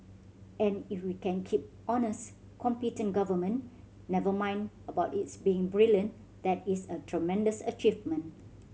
and if we can keep honest competent government never mind about its being brilliant that is a tremendous achievement